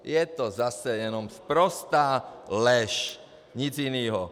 Je to zase jenom sprostá lež, nic jiného.